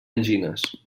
angines